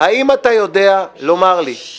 האם אתה יודע לומר לי אם